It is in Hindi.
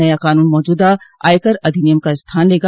नया कानून मौजूदा आयकर अधिनियम का स्थान लेगा